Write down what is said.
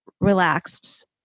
relaxed